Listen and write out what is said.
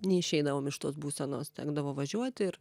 neišeidavom iš tos būsenos tekdavo važiuoti ir